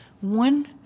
One